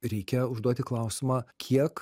reikia užduoti klausimą kiek